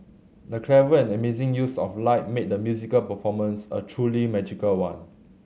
the clever and amazing use of light made the musical performance a truly magical one